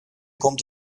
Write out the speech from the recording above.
kommt